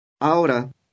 Ahora